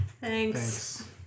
Thanks